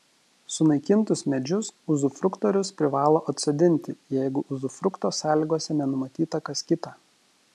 sunaikintus medžius uzufruktorius privalo atsodinti jeigu uzufrukto sąlygose nenumatyta kas kita